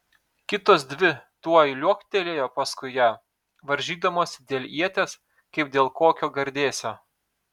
kitos dvi tuoj liuoktelėjo paskui ją varžydamosi dėl ieties kaip dėl kokio gardėsio